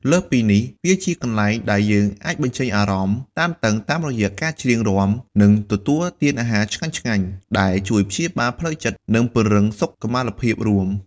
លើសពីនេះ វាជាទីកន្លែងដែលយើងអាចបញ្ចេញអារម្មណ៍តានតឹងតាមរយៈការច្រៀង រាំ និងទទួលទានអាហារឆ្ងាញ់ៗ ដែលជួយព្យាបាលផ្លូវចិត្ត និងពង្រឹងសុខុមាលភាពរួម។